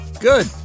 Good